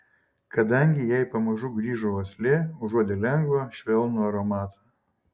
kadangi jai pamažu grįžo uoslė užuodė lengvą švelnų aromatą